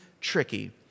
tricky